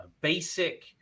basic